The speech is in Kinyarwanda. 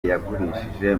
yagurishije